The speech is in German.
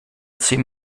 zehn